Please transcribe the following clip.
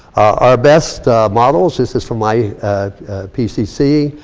our best models, this is from my pcc,